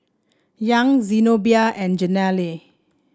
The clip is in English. Young Zenobia and Jenelle